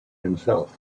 himself